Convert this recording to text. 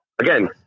Again